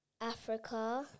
Africa